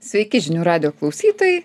sveiki žinių radijo klausytojai